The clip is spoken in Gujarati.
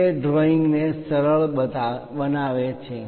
તે ડ્રોઇંગ ને સરળ બનાવે છે